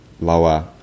lower